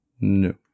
No